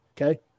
okay